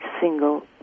single